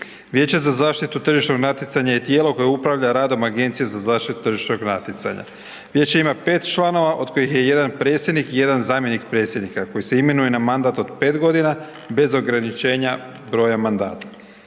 Vijeće za zaštitu tržišnog natjecanja je tijelo koje upravlja radom Agencije za zaštitu tržišnog natjecanja. Vijeće ima 5 članova od kojih je jedan predsjednik i jedan zamjenik predsjednika koji se imenuje na mandat od 5 g. bez ograničenja broja mandata.